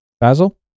Basil